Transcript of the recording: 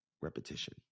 Repetition